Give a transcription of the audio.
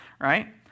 right